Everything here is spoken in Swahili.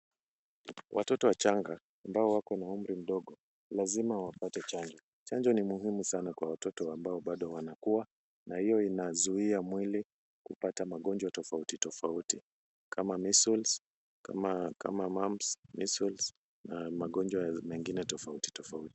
Watoto wachanga ambao wako na umri mdogo lazima wapate chanjo, chanjo ni muhimu sana kwa watoto ambao bado wanakua na hiyo inazuia mwili kupata magonjwa tofauti tofauti kama measles kama mumps, measles na magonjwa mengine tofauti tofauti.